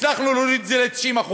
הצלחנו להוריד את זה ל-90%.